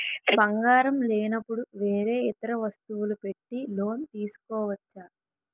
బంగారం లేనపుడు వేరే ఇతర వస్తువులు పెట్టి లోన్ తీసుకోవచ్చా?